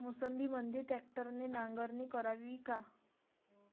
मोसंबीमंदी ट्रॅक्टरने नांगरणी करावी का?